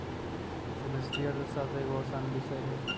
समष्टि अर्थशास्त्र एगो असान विषय हइ